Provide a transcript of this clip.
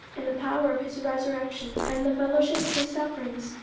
and the power of his resurrection, and the fellowship of his sufferings,